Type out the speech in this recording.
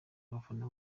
abafana